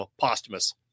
posthumous